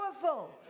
powerful